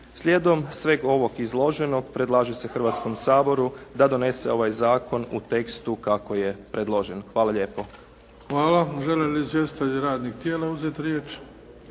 Slijedom sveg ovog izloženog predlaže se Hrvatskom saboru da donese ovaj zakon u tekstu kako je predloženo. Hvala lijepo. **Bebić, Luka (HDZ)** Hvala. Žele li izvjestitelji radnih tijela uzeti riječ?